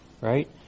Right